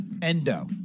Endo